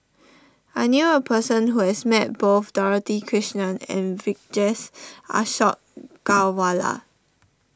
I knew a person who has met both Dorothy Krishnan and Vijesh Ashok Ghariwala